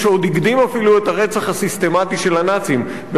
אפילו את הרצח הסיסטמטי של הנאצים ב-1941,